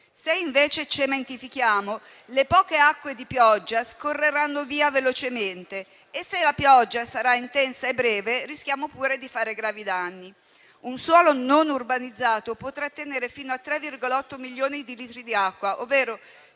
Se, invece cementifichiamo, le poche acque di pioggia scorreranno via velocemente; e se la pioggia sarà intensa e breve, rischiamo pure di fare gravi danni. Un suolo non urbanizzato può trattenere fino a 3,8 milioni di litri di acqua, ovvero